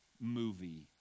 movie